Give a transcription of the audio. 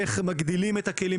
איך מגדילים את הכלים,